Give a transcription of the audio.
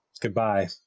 Goodbye